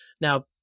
now